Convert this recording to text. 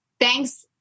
thanks